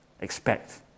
expect